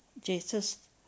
Jesus